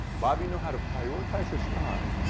bobby knew how to prioritize his time,